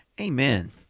Amen